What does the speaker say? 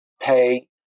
pay